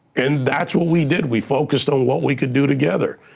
and that's what we did. we focused on what we could do together.